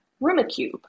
Rumacube